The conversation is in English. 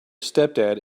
stepdad